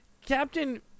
Captain